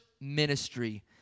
ministry